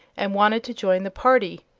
and wanted to join the party,